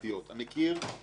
אני מכיר את זה.